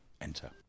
enter